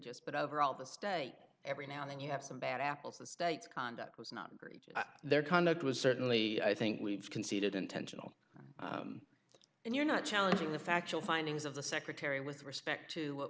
just but overall this day every now and then you have some bad apples the state's conduct was not great their conduct was certainly i think we've conceded intentional and you're not challenging the factual findings of the secretary with respect to